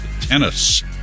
tennis